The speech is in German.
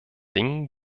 dingen